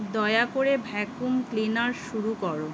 দয়া করে vacuum cleaner শুরু কর